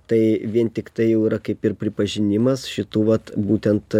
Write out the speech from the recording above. tai vien tiktai jau yra kaip ir pripažinimas šitų vat būtent